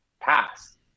Pass